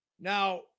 Now